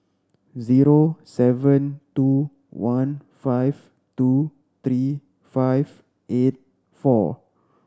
zero seven two one five two three five eight four